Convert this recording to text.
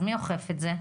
אז מי אוכף את זה?